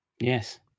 Yes